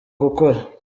gukora